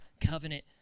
covenant